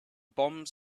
bombs